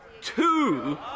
two